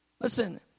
Listen